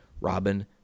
Robin